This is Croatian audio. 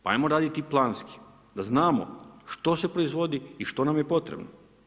Pa hajmo raditi planski, da znamo što se proizvodi i što nam je potrebno.